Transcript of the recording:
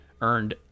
earned